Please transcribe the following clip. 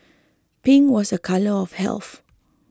pink was a colour of health